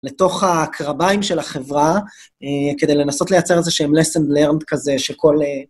לתוך ה...קרביים של החברה, אה... כדי לנסות לייצר איזה שהם lesson learned כזה, שכל אה...